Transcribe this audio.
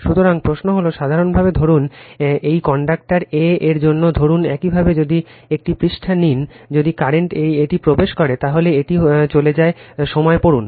সুতরাং প্রশ্ন হল যে সাধারণভাবে ধরুন এটি কন্ডাক্টর a এর জন্য ধরুন একইভাবে যদি একটি পৃষ্ঠা নিন যদি কারেন্ট এটি প্রবেশ করে তাহলে এটি চলে যাওয়ার সময় পড়ুন